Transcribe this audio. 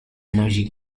energy